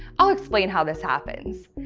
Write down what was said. i'll explain how this happens.